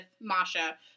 Masha